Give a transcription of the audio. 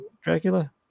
Dracula